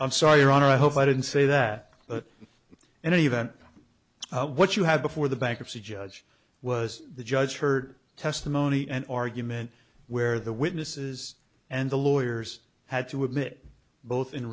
i'm sorry your honor i hope i didn't say that but in any event what you had before the bankruptcy judge was the judge heard testimony and argument where the witnesses and the lawyers had to admit both in